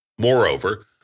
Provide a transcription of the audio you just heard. Moreover